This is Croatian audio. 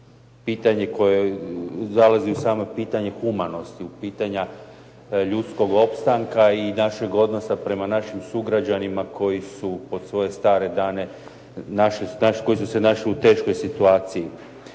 pitanje koje zalazi u samo pitanje humanosti, u pitanja ljudskog opstanka i našeg odnosa prema našim sugrađanima koji su pod svoje stare